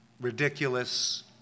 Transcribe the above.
ridiculous